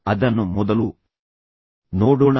ಅದನ್ನು ಮೊದಲು ನೋಡೋಣ